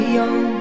young